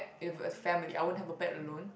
if a family I won't have a pet alone